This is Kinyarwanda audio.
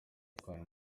atwara